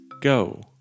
go